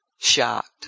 shocked